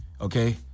Okay